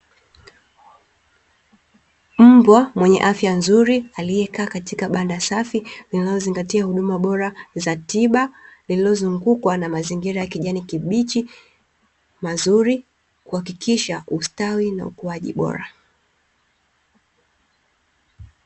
Mbwa mwenye afya nzuri aliyekaa katika banda safi, linalozingatia huduma bora za tiba, lililozungukwa na mazingira ya kijani kibichi, mazuri kuhakikisha ustawi na ukuaji bora.